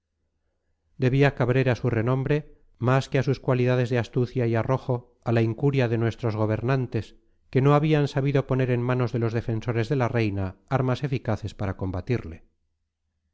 debía cabrera su renombre más que a sus cualidades de astucia y arrojo a la incuria de nuestros gobernantes que no habían sabido poner en manos de los defensores de la reina armas eficaces para combatirle